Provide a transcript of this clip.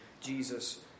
Jesus